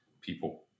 people